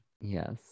Yes